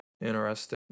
Interesting